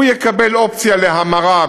הוא יקבל אופציה להמרה,